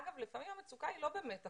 אגב, לפעמים המצוקה היא לא באמת הקורונה.